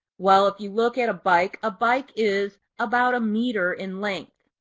well, if you look at a bike, a bike is about a meter in length.